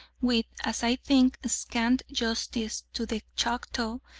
with, as i think, scant justice to the chactaw,